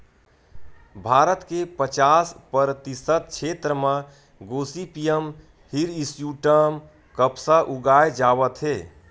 भारत के पचास परतिसत छेत्र म गोसिपीयम हिरस्यूटॅम कपसा उगाए जावत हे